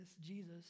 Jesus